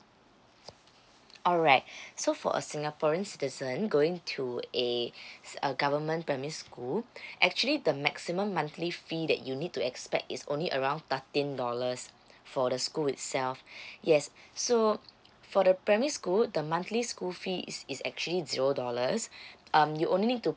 alright so for a singaporean citizen going to a a government primary school actually the maximum monthly fee that you need to expect is only around thirteen dollars for the school itself yes so for the primary school the monthly school fee is is actually zero dollars um you only need to